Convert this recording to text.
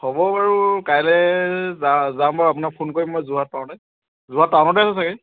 হ'ব বাৰু কাইলে যাম বাৰু আপোনাক ফোন কৰিম মই যোৰহাট পাওঁতে যোৰহাট টাউনতে আছে চাগে